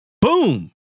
Boom